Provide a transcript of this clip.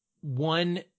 one